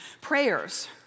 Prayers